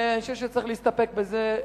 ואני חושב שצריך להסתפק בזה.